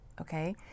okay